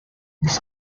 this